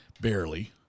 barely